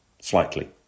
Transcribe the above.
slightly